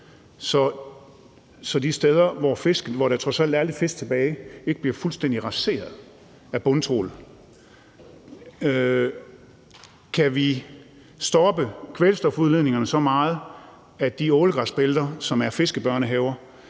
så de steder, hvor der trods alt er lidt fisk tilbage, ikke bliver fuldstændig raseret af bundtrawl? Kan vi stoppe kvælstofudledningerne så meget, at de ålegræsbælter, som er fiskebørnehaver,